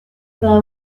pas